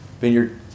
vineyard